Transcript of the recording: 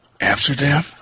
Amsterdam